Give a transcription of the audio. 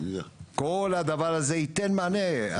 כל הדבר הזה ייתן מענה,